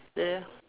there